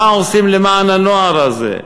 מה עושים למען הנוער הזה?